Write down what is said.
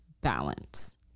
balance